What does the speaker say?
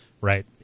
right